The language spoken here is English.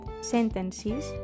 sentences